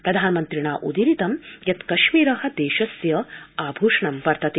प्रधानमन्त्रिणोदीरितं यत् कश्मीर देशस्य आभूषणं वर्तते